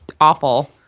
awful